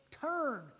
turn